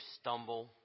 stumble